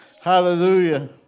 Hallelujah